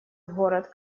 город